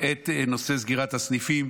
את נושא סגירת הסניפים.